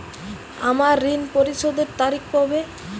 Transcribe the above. আমার ঋণ পরিশোধের তারিখ কবে?